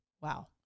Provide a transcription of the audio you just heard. wow